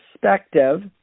perspective